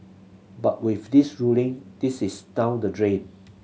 but with this ruling this is down the drain